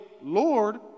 Lord